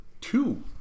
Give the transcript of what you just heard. two